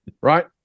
right